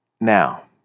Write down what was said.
Now